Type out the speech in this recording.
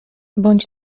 bądź